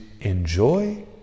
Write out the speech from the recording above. enjoy